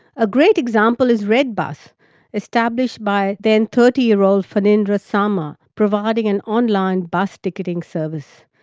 a great example is redbus, established by then thirty year old phanindra sama, providing an online bus ticketing service.